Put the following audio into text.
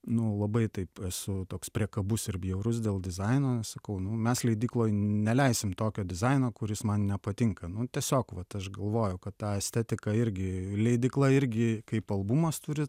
nu labai taip esu toks priekabus ir bjaurus dėl dizaino sakau mes leidykloj neleisim tokio dizaino kuris man nepatinka nu tiesiog vat aš galvoju kad tą estetiką irgi leidykla irgi kaip albumas turi